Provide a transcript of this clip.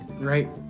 Right